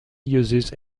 uses